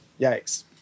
Yikes